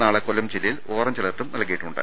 നാളെ കൊല്ലം ജില്ലയിൽ ഓറഞ്ച് അലർട്ടും നൽകിയിട്ടുണ്ട്